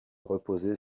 reposait